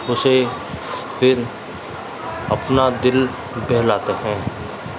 اس سے پھر اپنا دل بہلاتے ہیں